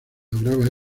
lograba